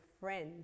friends